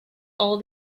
all